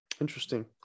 Interesting